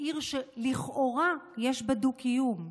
העיר שלכאורה יש בה דו-קיום.